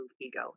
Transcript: ego